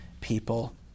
people